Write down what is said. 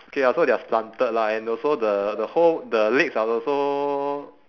okay ah so they are slanted lah and also the the whole the legs are also